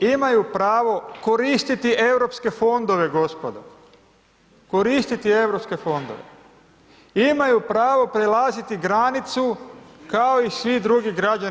imaju pravo koristiti europske fondove gospodo, koristiti europske fondove, imaju pravo prelaziti granicu kao i svi drugi građani EU.